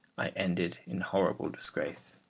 i ended in horrible disgrace.